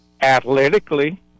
athletically